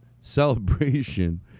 celebration